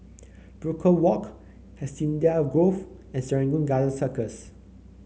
Brook Walk Hacienda Grove and Serangoon Garden Circus